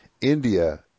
India